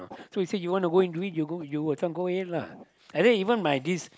so I say you want to go and do it you yourself go and ahead lah and then even my this